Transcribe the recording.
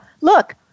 look